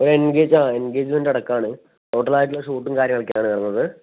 ഒരു എൻഗേജാ എൻഗേജ്മെന്റ് അടക്കമാണ് ടോട്ടലായിട്ടുള്ള ഷൂട്ടും കാര്യങ്ങളൊക്കെയാണ് വേണ്ടത്